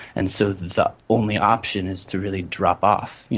and so the only option is to really drop off,